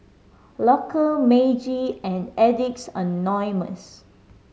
Loacker Meiji and Addicts Anonymous